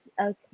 okay